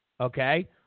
Okay